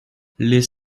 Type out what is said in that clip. les